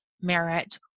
merit